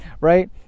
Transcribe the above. right